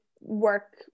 work